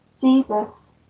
Jesus